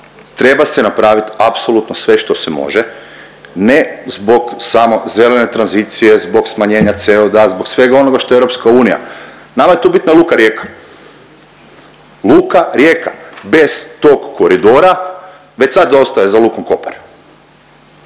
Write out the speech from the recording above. treba se napravit apsolutno sve što se može, ne zbog samo zelene tranzicije, zbog smanjenja CO2, zbog svega onoga što je EU. Nama je tu bitna luka Rijeka, luka Rijeka bez tog koridora već sad zaostaje za lukom Kopar.